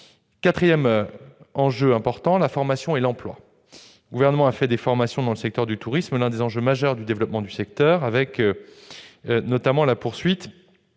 Quatrième axe : la formation et l'emploi. Le Gouvernement a fait des formations dans le secteur du tourisme l'un des enjeux majeurs du développement du secteur. Il s'agira de poursuivre